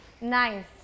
Nice